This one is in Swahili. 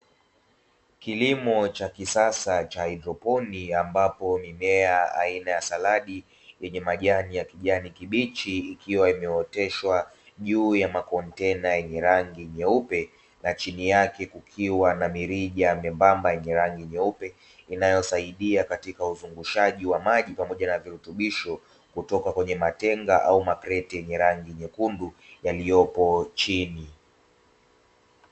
Kilimo cha kisasa cha haidroponi ambapo mimea aina ya saladi yenye majani ya kijani kibichi, ikiwa imeoteshwa juu ya makontena yenye rangi nyeupe na chini yake kukiwa na mirija miembamba yenye rangi nyeupe; inayosaidia katika uzungushaji wa maji pamoja na virutubisho, kutoka kwenye matenga au makreti yenye nyekundu yaliyopo chini.